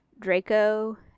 Draco